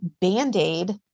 band-aid